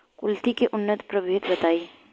कुलथी के उन्नत प्रभेद बताई?